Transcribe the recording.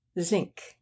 Zinc